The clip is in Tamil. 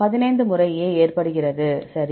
15 முறை A ஏற்படுகிறது சரி